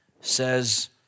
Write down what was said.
says